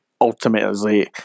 ultimately